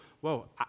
Whoa